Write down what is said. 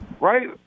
Right